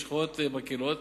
משחות מקילות,